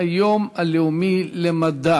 להצעות לסדר-היום בנושא: ציון היום הלאומי למדע,